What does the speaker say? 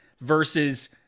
versus